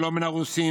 ולא מן הרוסים,